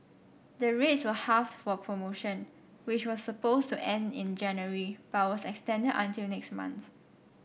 the rates were halved for the promotion which was supposed to end in January but was extended until next month